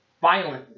violently